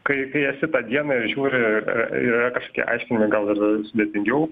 kai kai esi tą dieną žiūri yra kažkokia aiškini gal sudėtingiau